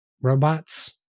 robots